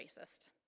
racist